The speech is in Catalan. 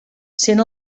sent